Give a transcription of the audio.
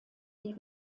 die